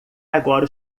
agora